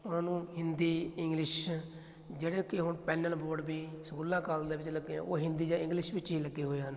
ਉਹਨਾਂ ਨੂੰ ਹਿੰਦੀ ਇੰਗਲਿਸ਼ ਜਿਹੜੀਆਂ ਕਿ ਹੁਣ ਪੈਨਲ ਬੋਰਡ ਵੀ ਸਕੂਲਾਂ ਕਾਲਜ ਦੇ ਵਿੱਚ ਲੱਗੇ ਆ ਉਹ ਹਿੰਦੀ ਜਾਂ ਇੰਗਲਿਸ਼ ਵਿੱਚ ਹੀ ਲੱਗੇ ਹੋਏ ਹਨ